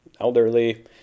elderly